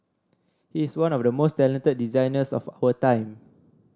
he is one of the most talented designers of our time